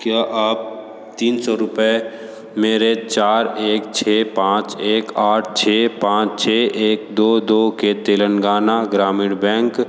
क्या आप तीन सौ रुपये मेरे चार एक छः पाँच एक आठ छः पाँच छः एक दो दो के तेलंगाना ग्रामीण बैंक